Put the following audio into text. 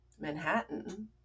manhattan